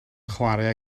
chwarae